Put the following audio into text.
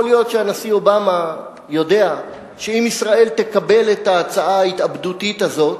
יכול להיות שהנשיא אובמה יודע שאם ישראל תקבל את ההצעה ההתאבדותית הזאת,